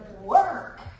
work